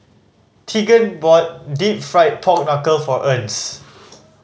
Tegan bought Deep Fried Pork Knuckle for Ernst